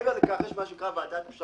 מעבר לכך, יש מה שנקרא ועדת פשרות.